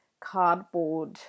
cardboard